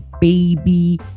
baby